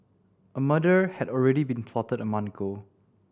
a murder had already been plotted a month ago